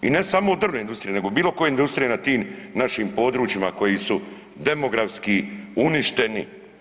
I ne samo drvne industrije, nego bilo koje industrije na tim našim područjima koji su demografski, uništeni.